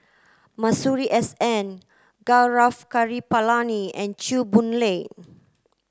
Masuri S N Gaurav Kripalani and Chew Boon Lay